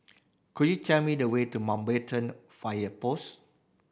could you tell me the way to Mountbatten Fire Post